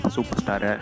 Superstar